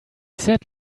said